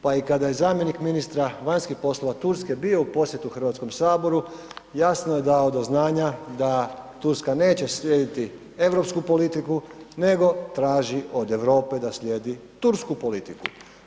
Pa i kada je zamjenik ministra vanjskih poslova Turske bio u posjetu Hrvatskom saboru jasno je dao do znanja da Turska neće slijediti europsku politiku nego traži od Europe da slijedi tursku politiku.